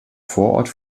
vorort